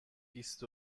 بیست